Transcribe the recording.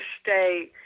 stay